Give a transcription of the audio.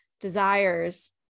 desires